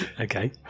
Okay